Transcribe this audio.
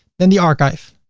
then the archive,